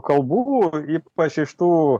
kalbų ypač iš tų